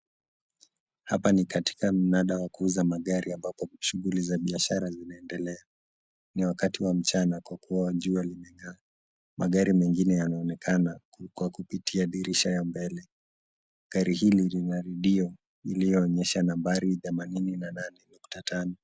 Hapa ni katika mnada wa kuuza magari ambapo shughuli za biashara zinaendelea ni wakati wa mchana kwa kuwa jua limengaa magari mengine yanaonekana kwa kupitia dirisha ya mbele gari hili lina redio iliyoonyesha nambari 88.5